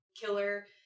killer